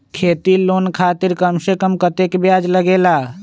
खेती लोन खातीर कम से कम कतेक ब्याज लगेला?